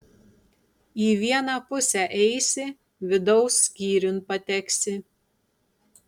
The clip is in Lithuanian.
į vieną pusę eisi vidaus skyriun pateksi